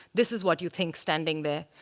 this is what you think standing there.